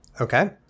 Okay